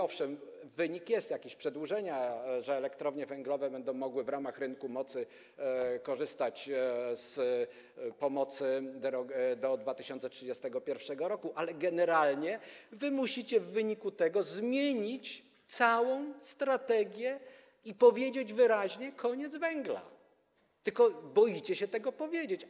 Owszem, wynik jest, są jakieś przedłużenia, elektrownie węglowe będą mogły w ramach rynku mocy korzystać z pomocy do 2031 r., ale generalnie musicie w wyniku tego zmienić całą strategię i powiedzieć wyraźnie: koniec węgla, tylko boicie się tego powiedzieć.